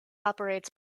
operates